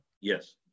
Yes